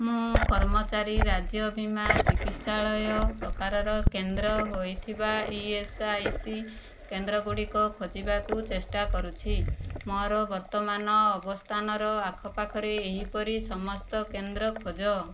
ମୁଁ କର୍ମଚାରୀ ରାଜ୍ୟ ବୀମା ଚିକିତ୍ସାଳୟ ପ୍ରକାରର କେନ୍ଦ୍ର ହୋଇଥିବା ଇ ଏସ୍ ଆଇ ସି କେନ୍ଦ୍ରଗୁଡ଼ିକ ଖୋଜିବାକୁ ଚେଷ୍ଟା କରୁଛି ମୋର ବର୍ତ୍ତମାନ ଅବସ୍ଥାନର ଆଖପାଖରେ ଏହିପରି ସମସ୍ତ କେନ୍ଦ୍ର ଖୋଜ